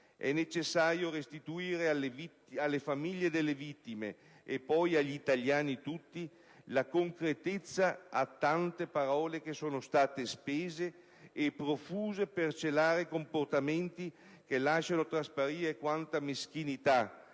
È necessario restituire alle famiglie delle vittime, e poi agli italiani tutti, la concretezza di tante parole che sono state spese e profuse per celare comportamenti che lasciano trasparire quanta meschinità,